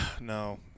No